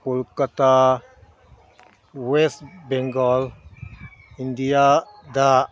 ꯀꯣꯜꯀꯥꯇꯥ ꯋꯦꯁ ꯕꯦꯡꯒꯣꯜ ꯏꯟꯗꯤꯌꯥꯗ